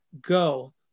go